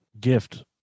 gift